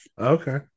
Okay